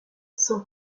son